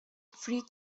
free